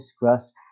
discuss